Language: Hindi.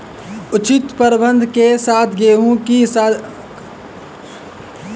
उचित प्रबंधन के साथ गेहूं की सघन खेती की जाती है